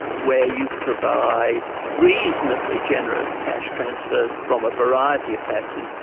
where you provide reasonably generous cash transfers from a variety of taxes,